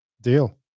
deal